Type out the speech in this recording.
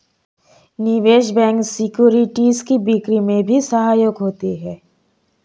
निवेश bank securities की बिक्री में भी सहायक होते हैं